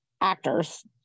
actors